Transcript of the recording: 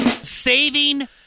Saving